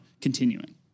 continuing